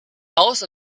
haus